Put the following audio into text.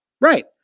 Right